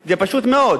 היא פשוטה מאוד: